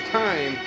time